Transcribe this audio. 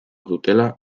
dutela